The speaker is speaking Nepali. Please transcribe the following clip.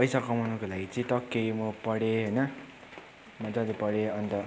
पैसा कमाउनको लागि चाहिँ टक्कै म पढेँ होइन मजाले पढेँ अन्त